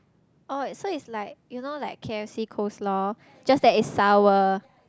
orh so it's like you know like K_F_C coleslaw just that it's sour